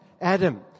Adam